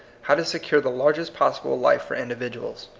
how to secure the largest possible life for individuals.